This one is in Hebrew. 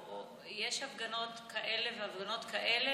יש הפגנות כאלה והפגנות כאלה?